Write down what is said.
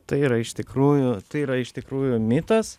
tai yra iš tikrųjų tai yra iš tikrųjų mitas